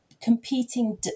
competing